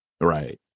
Right